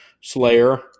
Slayer